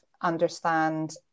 understand